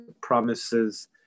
promises